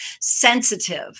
sensitive